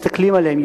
מסתכלים עליהם,